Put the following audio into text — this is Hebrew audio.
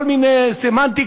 כל מיני סמנטיקה,